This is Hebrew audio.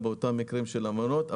בטיחותה ואמינותה,